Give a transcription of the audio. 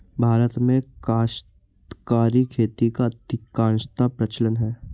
भारत में काश्तकारी खेती का अधिकांशतः प्रचलन है